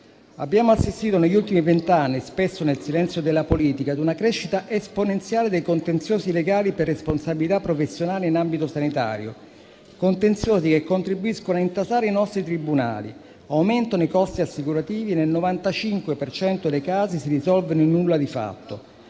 Abbiamo assistito negli ultimi vent'anni, spesso nel silenzio della politica, ad una crescita esponenziale dei contenziosi legali per responsabilità professionale in ambito sanitario, contenziosi che contribuiscono a intasare i nostri tribunali, aumentando i costi assicurativi e nel 95 per cento dei casi si risolvono in un nulla di fatto,